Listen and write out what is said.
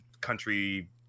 country